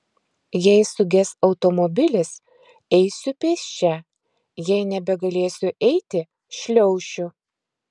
jei suges automobilis eisiu pėsčia jei nebegalėsiu eiti šliaušiu